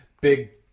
big